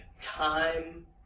time